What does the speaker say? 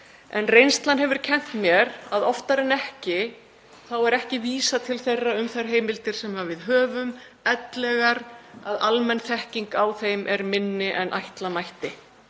en reynslan hefur kennt mér að oftar en ekki er ekki vísað til þeirra um þær heimildir sem við höfum ellegar að almenn þekking á þeim er minni en ætla mætti